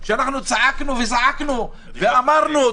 -- כשאנחנו צעקנו וזעקנו ואמרנו,